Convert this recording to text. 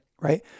right